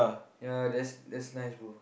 ya that is that is nice bro